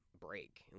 break